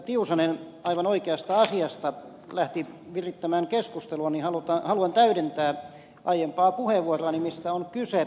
tiusanen aivan oikeasta asiasta lähti virittämään keskustelua niin haluan täydentää aiempaa puheenvuoroani mistä on kyse